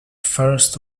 first